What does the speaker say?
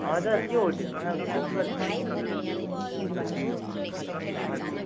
हजुर त्यो होटेलमा बुक गरिदिनु होस् न कन्फर्म हजुर